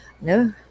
No